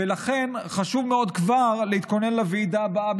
ולכן חשוב מאוד כבר להתכונן לוועידה הבאה,